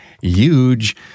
huge